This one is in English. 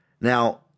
Now